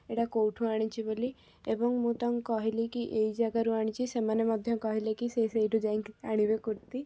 ଏଇଟା କେଉଁଠୁ ଆଣିଛି ବୋଲି ଏବଂ ମୁଁ ତାଙ୍କୁ କହିଲି କି ଏଇ ଜାଗାରୁ ଆଣିଛି ସେମାନେ ମଧ୍ୟ କହିଲେ କି ସେ ସେଇଠୁ ଯାଇକି ଆଣିବେ କୁର୍ତ୍ତି